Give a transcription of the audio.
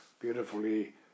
beautifully